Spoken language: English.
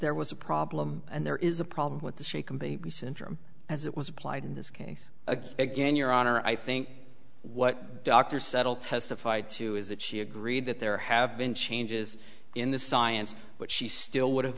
there was a problem and there is a problem with the shaken baby syndrome as it was applied in this case again your honor i think what dr settle testified to is that she agreed that there have been changes in the science but she still would have